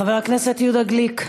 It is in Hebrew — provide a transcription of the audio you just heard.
חבר הכנסת יהודה גליק,